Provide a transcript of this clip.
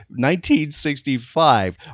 1965